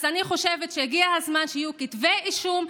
אני חושבת שהגיע הזמן שיהיו כתבי אישום,